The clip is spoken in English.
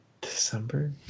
December